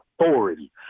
authority